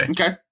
Okay